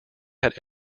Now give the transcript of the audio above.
had